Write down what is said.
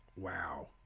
Wow